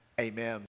Amen